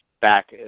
back